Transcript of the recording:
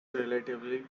relatively